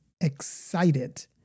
excited